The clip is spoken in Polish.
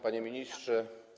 Panie Ministrze!